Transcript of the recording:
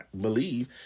believe